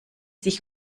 sich